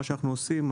מה שאנחנו עושים,